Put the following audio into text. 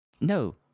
No